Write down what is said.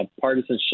partisanship